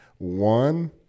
One